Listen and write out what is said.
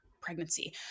pregnancy